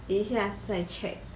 等一下再 check